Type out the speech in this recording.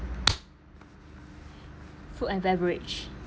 food and beverage